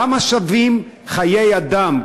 כמה שווים חיי אדם?